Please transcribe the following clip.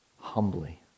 humbly